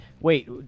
wait